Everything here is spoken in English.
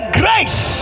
grace